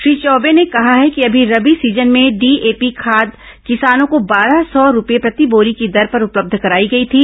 श्री चौबे ने कहा है कि अभी रबी सीजन में डीएपी खाद किसानों को बारह सौ रूपए प्रति बोरी की दर पर उपलब्ध कराई गई थी